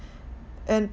and